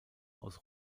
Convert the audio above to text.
aus